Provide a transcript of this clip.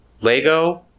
Lego